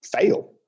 fail